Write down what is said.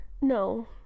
no